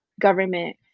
government